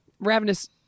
Ravenous